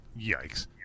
Yikes